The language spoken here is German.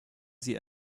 sie